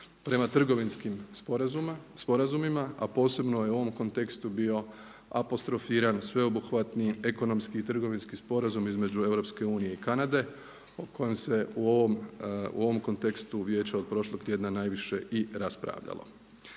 prema trgovinskim sporazumima, a posebno je u ovom kontekstu bio apostrofiran sveobuhvatni ekonomski i trgovinski sporazum između EU i Kanade o kojem se u ovom kontekstu Vijeća od prošlog tjedna najviše i raspravljalo.